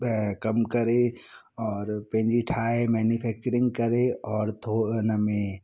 कमु करे और पंहिंजी ठाहे मेनुफेक्चरिंग करे और थो हिन में